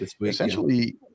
essentially